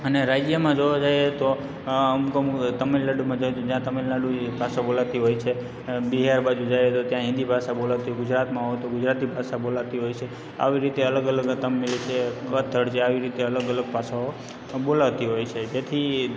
અને રાજ્યમાં જોવા જઇએ તો અમુક અમુક તમિલનાડુમાં જઈએ તો ત્યાં તમિલનાડુની ભાષા બોલાતી હોય છે બિહાર બાજુ જઈએ તો ત્યાં હિન્દી ભાષા બોલાતી ગુજરાતમાં હોય તો ગુજરાતી ભાષા બોલાતી હોય છે આવી રીતે અલગ અલગ તમિલ છે કન્નડ છે આવી રીતે અલગ અલગ ભાષાઓ બોલાતી હોય છે તેથી